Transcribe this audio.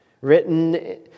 written